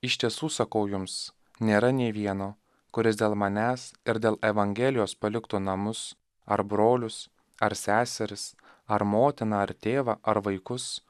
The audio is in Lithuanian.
iš tiesų sakau jums nėra nei vieno kuris dėl manęs ir dėl evangelijos paliktų namus ar brolius ar seseris ar motiną ar tėvą ar vaikus